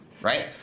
right